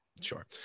Sure